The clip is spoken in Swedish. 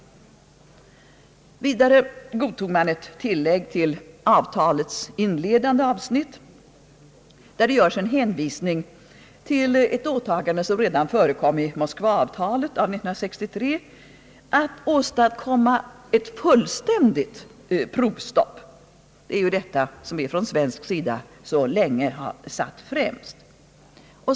För det andra godtog man ett tillägg till avtalets inledande avsnitt där en hänvisning görs till att ett åtagande förekom redan i Moskva-avtalet 1963, att åstadkomma ett fullständigt provstopp. Det är ju detta som vi från svensk sida så länge har satt främst.